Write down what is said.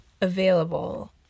available